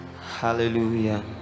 Hallelujah